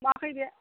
लांफैदो